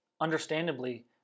understandably